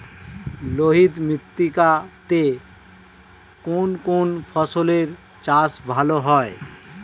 লোহিত মৃত্তিকা তে কোন কোন ফসলের চাষ ভালো হয়?